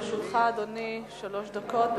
לרשותך, אדוני, שלוש דקות.